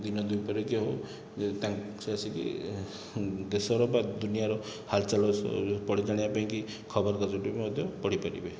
ଦିନ ଦୁଇପହରେ କି ହେଉ ତାଙ୍କ ସେ ଆସିକି ଦେଶର ବା ଦୁନିଆଁର ହାଲଚାଲ୍ ପଢ଼ି ଜାଣିବା ପାଇଁକି ଖବରକାଗଜଟିକୁ ମଧ୍ୟ ପଢ଼ି ପାରିବେ